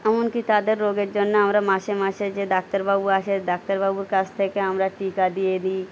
এমনকি তাদের রোগের জন্য আমরা মাসে মাসে যে ডাক্তারবাবু আসে ডাক্তারবাবুর কাছ থেকে আমরা টিকা দিয়ে দিই